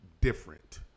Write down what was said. different